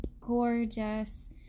gorgeous